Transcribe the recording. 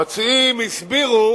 המציעים הסבירו